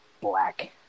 black